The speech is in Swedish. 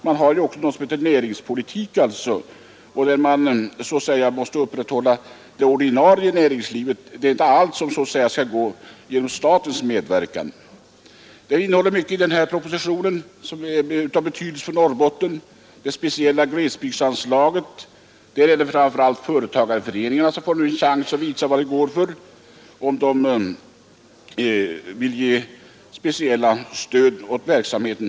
Vi har ju också något som heter näringspolitik, där man så att säga måste upprätthålla det ordinarie näringslivet. Allt skall inte ske genom statens medverkan. Den här propositionen innehåller mycket som är av betydelse för Norrbotten. När det gäller det speciella glesbygdsanslaget är det framför allt företagarföreningarna som får en chans att visa vad de går för och om de vill ge speciellt stöd åt denna verksamhet.